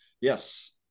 yes